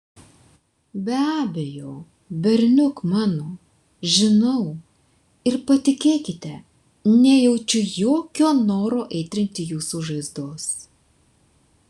be abejo berniuk mano žinau ir patikėkite nejaučiu jokio noro aitrinti jūsų žaizdos